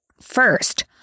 First